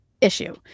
issue